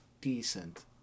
decent